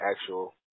actual